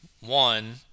one